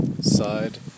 side